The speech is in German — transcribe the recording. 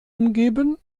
umgeben